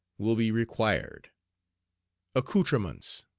will be required accoutrements.